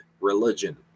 religion